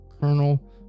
Colonel